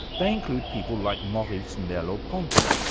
they include people like maurice merleau-ponty,